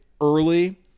early